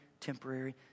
temporary